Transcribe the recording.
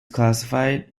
classified